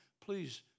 please